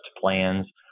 plans